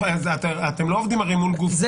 אתם לא עובדים מול גופים.